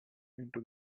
into